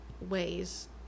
ways